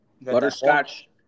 butterscotch